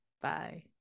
Bye